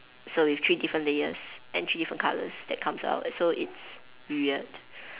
so with three different layers and three different colours that comes out so it's weird